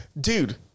dude